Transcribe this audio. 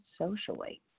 socially